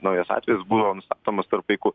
naujas atvejis buvo nustatomas tarp vaikų